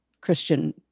Christian